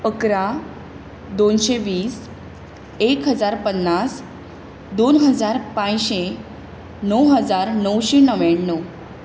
इकरा दोनशे वीस एक हजार पन्नास दोन हजार पांयशें णव हजार णोवशीं णव्याण्णव